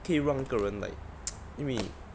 可以让一个人 like 因为